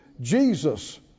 Jesus